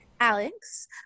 Alex